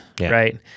right